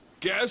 Guess